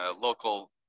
local